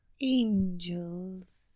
angels